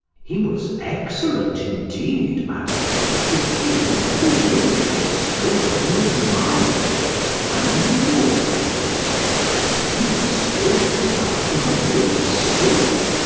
he was excellent indeed, madam the king very lately spoke of him admiringly and mourningly he was skilful enough to have liv'd still,